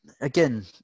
again